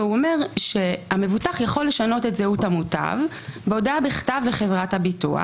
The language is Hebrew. והוא אומר שהמבוטח יכול לשנות את זהות המוטב בהודעה בכתב בחברת הביטוח,